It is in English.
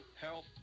health